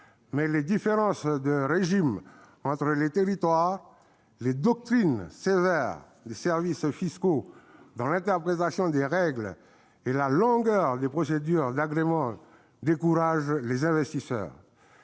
mais les différences de régimes entre les territoires, les doctrines sévères des services fiscaux dans l'interprétation des règles et la longueur des procédures d'agrément découragent les investisseurs.